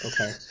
Okay